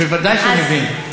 ודאי שהוא מבין.